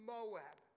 Moab